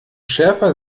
schärfer